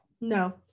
No